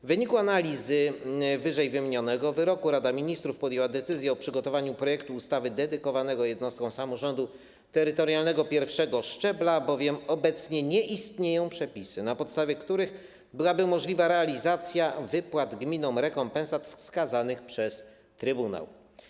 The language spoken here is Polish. W wyniku analizy ww. wyroku Rada Ministrów podjęła decyzję o przygotowaniu projektu ustawy dedykowanego jednostkom samorządu terytorialnego pierwszego szczebla, bowiem obecnie nie istnieją przepisy, na podstawie których byłaby możliwa realizacja wypłat gminom rekompensat wskazanych przez trybunał.